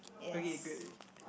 okay good